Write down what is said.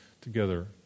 together